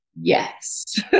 Yes